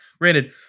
granted